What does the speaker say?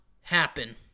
happen